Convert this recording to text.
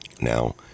now